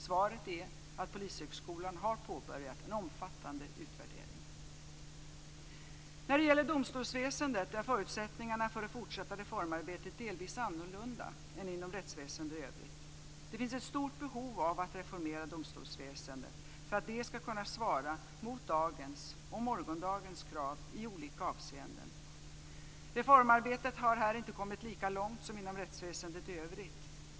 Svaret är att Polishögskolan har påbörjat en omfattande utvärdering. När det gäller domstolsväsendet är förutsättningarna för det fortsatta reformarbetet delvis annorlunda än inom rättsväsendet i övrigt. Det finns ett stort behov av att reformera domstolsväsendet för att det ska kunna svara mot dagens och morgondagens krav i olika avseenden. Reformarbetet har här inte kommit lika långt som inom rättsväsendet i övrigt.